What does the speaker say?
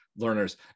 learners